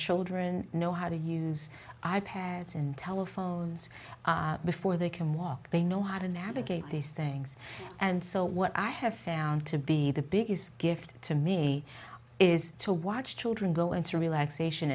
children know how to use i pads and telephones before they can walk they know how to navigate these things and so what i have found to be the biggest gift to me is to watch children go into relaxation